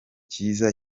cyiza